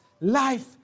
life